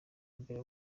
mbere